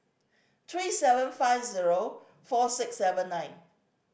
three seven five zero four six seven nine